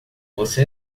você